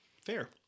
Fair